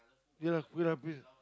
ya lah Kueh-lapis